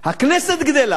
הכנסת גדלה,